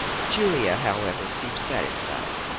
julia, however, seemed satisfied.